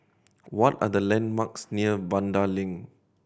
what are the landmarks near Vanda Link